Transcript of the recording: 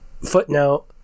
Footnote